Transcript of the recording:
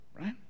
right